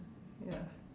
ya